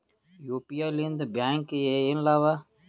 UPI ಲಿಂದ ಬ್ಯಾಂಕ್ಗೆ ಏನ್ ಲಾಭ?